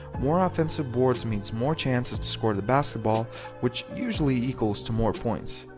more offensive boards means more chances to score the basketball which usually equals to more points.